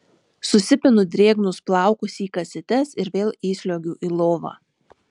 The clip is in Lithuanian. susipinu drėgnus plaukus į kasytes ir vėl įsliuogiu į lovą